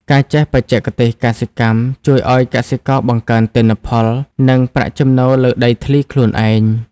ការចេះបច្ចេកទេសកសិកម្មជួយឱ្យកសិករបង្កើនទិន្នផល និងប្រាក់ចំណូលលើដីធ្លីខ្លួនឯង។